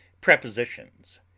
Prepositions